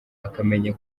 akamenya